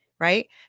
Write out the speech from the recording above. Right